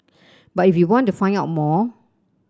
but if you want to find out more